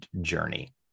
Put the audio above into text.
journey